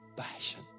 Passion